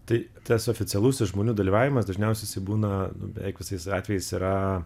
tai tas oficialusis žmonių dalyvavimas dažniausiai jisai būna nu beveik visais atvejais yra